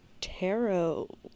tarot